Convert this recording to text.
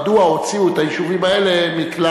מדוע הוציאו את היישובים האלה מכלל